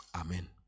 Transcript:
Amen